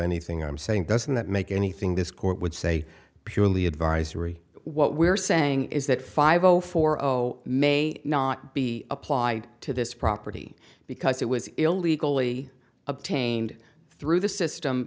anything i'm saying doesn't that make anything this court would say purely advisory what we're saying is that five zero four zero may not be applied to this property because it was illegally obtained through the system